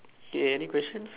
you have any questions